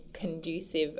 conducive